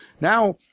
now